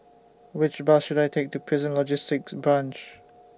Which Bus should I Take to Prison Logistic Branch